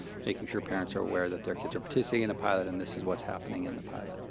making sure parents are aware that their kids are participating in a pilot and this is what's happening in the pilot.